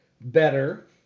better